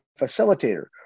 facilitator